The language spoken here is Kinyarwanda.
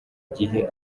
gihe